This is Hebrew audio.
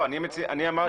אני אבהיר את דברי